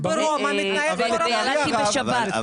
ילדתי בשבת.